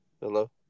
hello